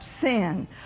sin